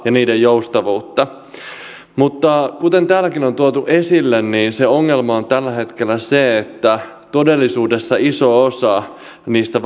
ja niiden joustavuutta mutta kuten täälläkin on on tuotu esille se ongelma on tällä hetkellä se että todellisuudessa iso osa niistä